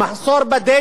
מחסור בדלק,